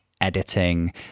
editing